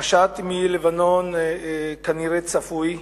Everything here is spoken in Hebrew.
המשט מלבנון כנראה צפוי,